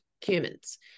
humans